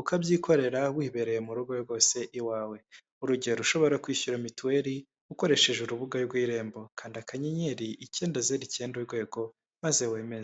ukabyikorera wibereye mu rugo rwose iwawe, urugero ushobora kwishyura mituweli ukoresheje urubuga rw'irembo, kanda akanyenyeri icyenda zeru icyenda urwego maze wemeze.